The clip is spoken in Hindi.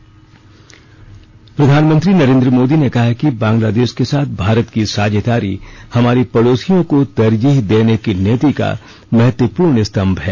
प्रधानमंत्री बांग्लादेश प्रधानमंत्री नरेंद्र मोदी ने कहा है कि बांग्लादेश के साथ भारत की साझेदारी हमारी पडोसियों को तरजीह देने की नीति का महत्वपूर्ण स्तंभ है